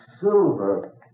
silver